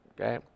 Okay